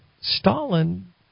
Stalin